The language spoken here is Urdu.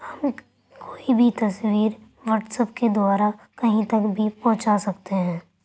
ہم کوئی بھی تصویر واٹس اپ کے دوارا کہیں تک بھی پہنچا سکتے ہیں